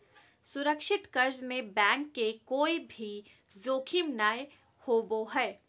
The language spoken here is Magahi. सुरक्षित कर्ज में बैंक के कोय भी जोखिम नय होबो हय